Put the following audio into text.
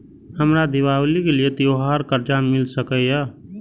हमरा दिवाली के लिये त्योहार कर्जा मिल सकय?